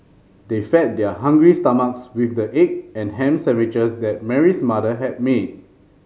they fed their hungry stomachs with the egg and ham sandwiches that Mary's mother had made